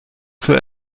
für